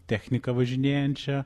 techniką važinėjančią